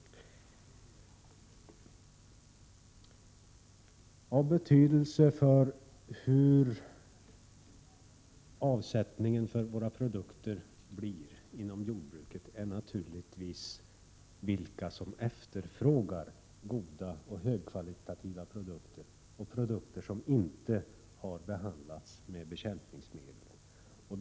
Av betydelse för avsättningen för våra produkter inom jordbruket är naturligtvis vilka som efterfrågar goda och högkvalitativa produkter, produkter som inte har behandlats med bekämpningsmedel.